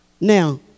Now